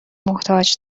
محتاج